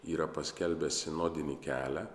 yra paskelbęs sinodinį kelią